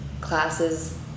classes